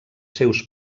seus